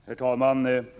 Herr talman!